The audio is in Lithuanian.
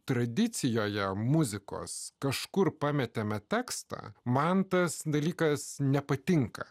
tradicijoje muzikos kažkur pametėme tekstą man tas dalykas nepatinka